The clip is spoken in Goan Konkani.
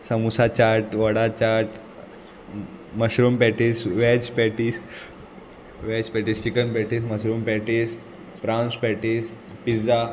samosa chaat vada chaat mushroom patties veg patties veg patties chicken patties mushroom patties prawns patties pizza